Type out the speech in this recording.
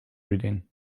reading